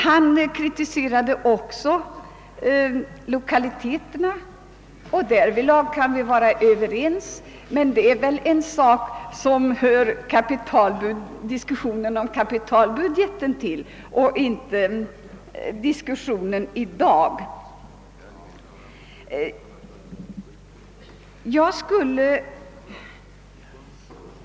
Han kritiserade i det sammanhanget lokaliteterna. I uppfattningen om dem kan vi vara överens, men de hör väl egentligen till diskussionen om kapitalbudgeten och inte till dagens ämnen.